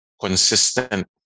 consistent